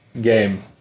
game